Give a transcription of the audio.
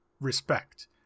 respect